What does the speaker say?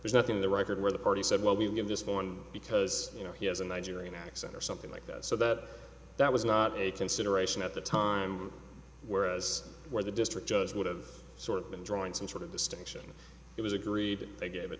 there's nothing in the record where the party said well we'll give this one because you know he has a nigerian accent or something like that so that that was not a consideration at the time whereas where the district judge would have sort of been drawing some sort of distinction it was agreed they gave it